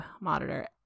monitor